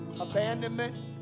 abandonment